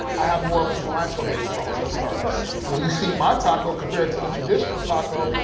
i have more of a cilantro-based sauce, for starters. when you see my taco compared to the traditional taco,